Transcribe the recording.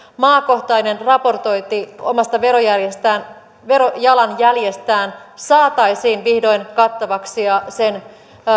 maakohtainen raportointi omasta verojalanjäljestään verojalanjäljestään saataisiin vihdoin kattavaksi ja sen